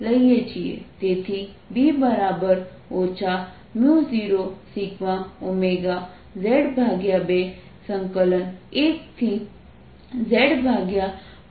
તેથીB 0σωz2 1ZR2z21 x2x2dx છે જ્યાં xcosθ છે